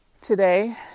today